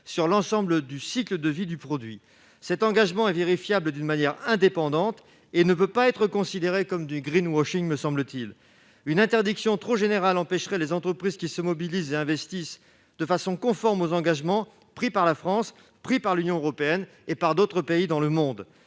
sur l'ensemble du cycle de vie du produit. Cet engagement est vérifiable d'une manière indépendante et ne peut pas être considéré comme du, me semble-t-il. Une interdiction trop générale constituerait un empêchement pour les entreprises qui se mobilisent et investissent de façon conforme aux engagements pris par la France, l'Union européenne et d'autres pays dans le monde.